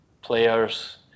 players